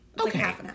Okay